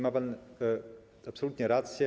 Ma pan absolutną rację.